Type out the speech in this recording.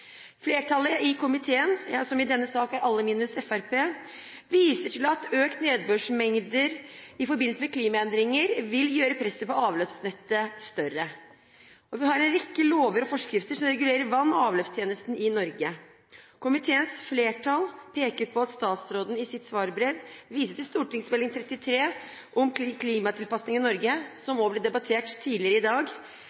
Flertallet i komiteen, som i denne saken er alle minus Fremskrittspartiet, viser til at økte nedbørsmengder i forbindelse med klimaendringer vil gjøre presset på avløpsnettet større. Vi har en rekke lover og forskrifter som regulerer vann- og avløpstjenesten i Norge. Komiteens flertall peker på at statsråden i sitt svarbrev viser til Meld. St. nr. 33 for 2012–2013 om klimatilpasninger i Norge, som